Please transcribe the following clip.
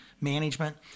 management